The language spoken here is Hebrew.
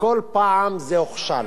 וכל פעם זה הוכשל,